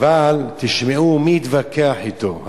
אבל תשמעו מי התווכח אתו.